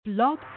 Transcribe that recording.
Blog